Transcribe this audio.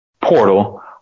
portal